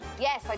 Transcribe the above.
Yes